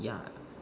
ya